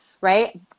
right